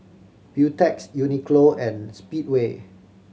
Beautex Uniqlo and Speedway